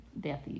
Death